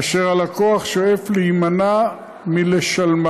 אשר הלקוח שואף להימנע מלשלמה.